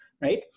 right